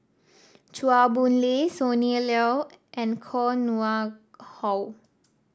Chua Boon Lay Sonny Liew and Koh Nguang How